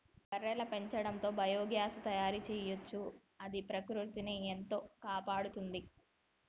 బర్రెల పెండతో బయోగ్యాస్ తయారు చేయొచ్చు అది ప్రకృతిని ఎంతో కాపాడుతుంది